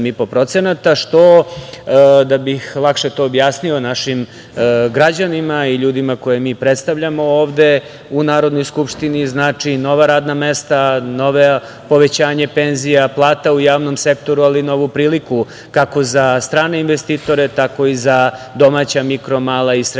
što, da bih lakše to objasnio našim građanima i ljudima koje mi predstavljamo ovde u Narodnoj skupštini, znači nova radna mesta, novo povećanje penzija i plata u javnom sektoru, ali i novu priliku kako za strane investitore, tako i za domaća, mikro, mala i srednja